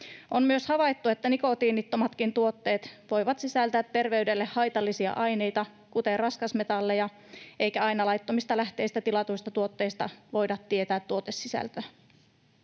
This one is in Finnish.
On myös havaittu, että nikotiinittomatkin tuotteet voivat sisältää terveydelle haitallisia aineita, kuten raskasmetalleja, eikä aina laittomista lähteistä tilatuista tuotteista voida tietää tuotesisältöä.